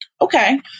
Okay